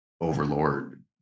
overlord